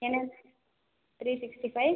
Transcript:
என்னது three sixty five